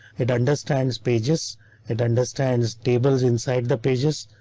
it understands pages it understands tables inside the pages.